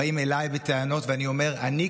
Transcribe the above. באים אליי בטענות ואני אומר: אני,